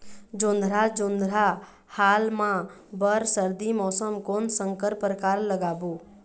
जोंधरा जोन्धरा हाल मा बर सर्दी मौसम कोन संकर परकार लगाबो?